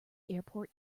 airport